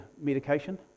medication